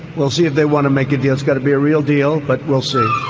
we'll see if they want to make a deal. it's gonna be a real deal, but we'll see